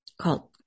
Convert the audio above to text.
called